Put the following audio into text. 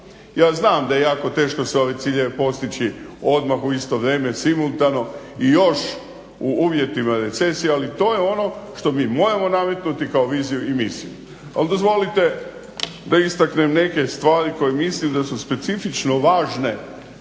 Ja znam da je jako teško sve ove ciljeve postići odmah u isto vrijeme simultano i još u uvjetima recesije, ali to je ono što mi moramo naviknuti kao viziju i misiju. Ali dozvolite da istaknem neke stvari koje mislim da su specifično važne